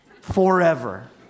forever